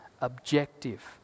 objective